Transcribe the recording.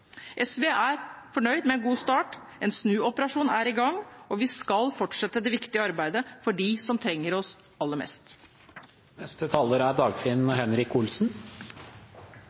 SV er fornøyd med en god start. En snuoperasjon er i gang, og vi skal fortsette det viktige arbeidet for dem som trenger oss aller